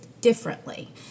differently